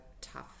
tough